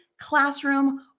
classroom